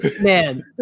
man